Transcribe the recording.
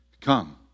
Come